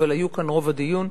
אבל היו כאן רוב הדיון.